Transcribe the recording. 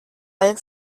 allem